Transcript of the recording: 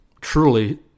truly